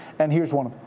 and here's one of